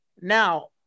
Now